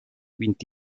vint